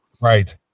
Right